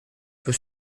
peut